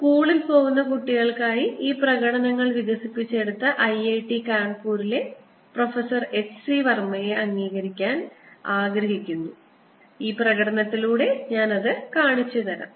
സ്കൂളിൽ പോകുന്ന കുട്ടികൾക്കായി ഈ പ്രകടനങ്ങൾ വികസിപ്പിച്ചെടുത്ത ഐഐടി കാൺപൂരിലെ പ്രൊഫസർ എച്ച് സി വർമയെ അംഗീകരിക്കാൻ ആഗ്രഹിക്കുന്ന ഒരു പ്രകടനത്തിലൂടെ ഞാൻ ഇത് കാണിച്ചുതരാം